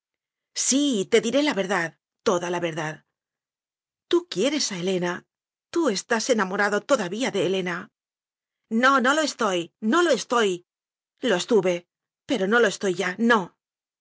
sí te diré la verdad toda la verdad tú quieres a helena tú estás enamora do todavía de helena no no lo estoy no lo estoy lo estuve pero no lo estoy ya no